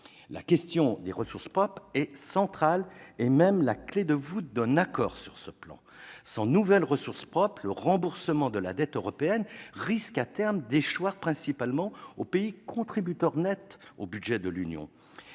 La question des ressources propres est centrale et même la clé de voûte d'un accord. Sans nouvelles ressources propres, le remboursement de la dette européenne risque, à terme, d'échoir principalement aux pays contributeurs nets au budget de l'Union.